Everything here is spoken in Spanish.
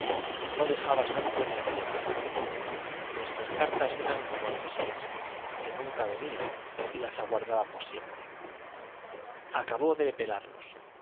no dejaba santo que no llamaba nuestras cartas eran como el mesías que nunca venían y las aguardábamos siempre acabó de pelarnos